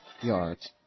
yards